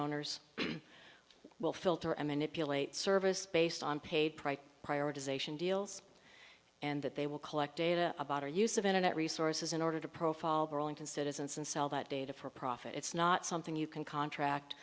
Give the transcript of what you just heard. owners will filter and manipulate service based on paid prioritization deals and that they will collect data about our use of internet resources in order to profile burlington citizens and sell that data for profit it's not something you can contract